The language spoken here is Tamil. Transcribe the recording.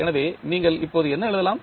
எனவே நீங்கள் இப்போது என்ன எழுதலாம்